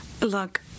Look